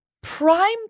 Prime